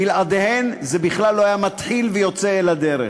בלעדיהם זה בכלל לא היה מתחיל ויוצא אל הדרך.